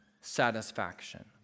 satisfaction